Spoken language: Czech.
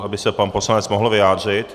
Aby se pan poslanec mohl vyjádřit.